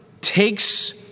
takes